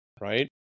Right